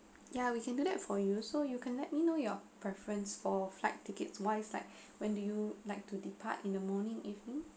ya we can do that for you so you can let me know your preference for flight tickets wise like when do you like to depart in the morning evening